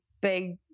big